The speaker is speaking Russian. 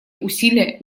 усилия